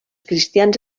cristians